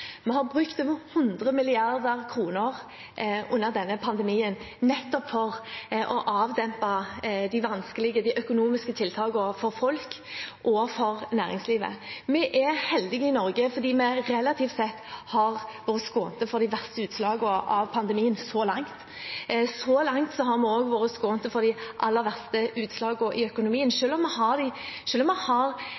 Vi har brukt over 100 mrd. kr under denne pandemien nettopp for å avdempe den vanskelige situasjonen for folk og for næringslivet. Vi er heldige i Norge fordi vi relativt sett har vært forskånet for de verste utslagene av pandemien så langt. Så langt har vi også vært forskånet for de aller verste utslagene i økonomien, selv om vi har store utfordringer både med arbeidsledighetstall og med en dupp i økonomien